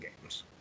games